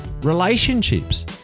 relationships